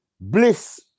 bliss